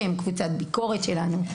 שהן קבוצת ביקורת שלנו,